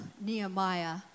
Nehemiah